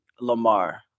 Lamar